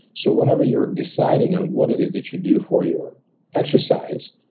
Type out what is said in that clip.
so whenever you're deciding on what it is that you do for your exercise,